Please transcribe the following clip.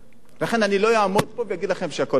לכן אני לא אעמוד פה ואגיד לכם שהכול בסדר.